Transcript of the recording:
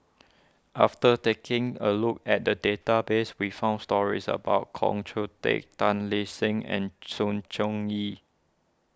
after taking a look at the database we found stories about Koh Hoon Teck Tan Lip Seng and Sng Choon Yee